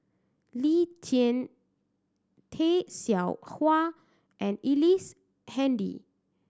Lee Tjin Tay Seow Huah and Ellice Handy